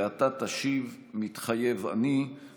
התשנ"ד 1994,